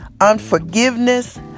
unforgiveness